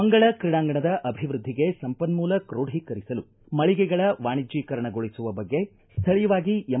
ಮಂಗಳ ಕ್ರೀಡಾಂಗಣದ ಅಭಿವೃದ್ಧಿಗೆ ಸಂಪನ್ಮೂಲ ಕ್ರೋಢಿಕರಿಸಲು ಮಳಿಗೆಗಳ ವಾಣಿಜ್ಯೀಕರಣಗೊಳಿಸುವ ಬಗ್ಗೆ ಸ್ಥಳೀಯವಾಗಿ ಎಂ